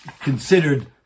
considered